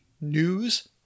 news